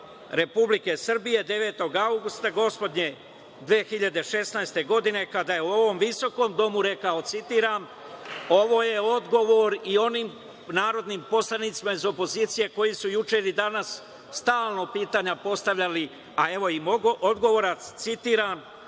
Republike Srbije, 9. avgusta gospodnje 2016. godine, kada je u ovom visokom domu rekao: „Ovo je odgovor i onim narodnim poslanicima iz opozicije koji su juče ili danas stalno pitanja postavljali, a evo im odgovora: U